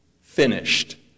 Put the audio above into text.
finished